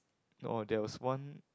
oh there was one